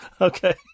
Okay